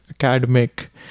academic